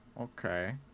okay